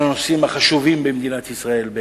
בנושאים החשובים של מדינת ישראל.